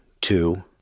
two